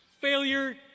Failure